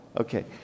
Okay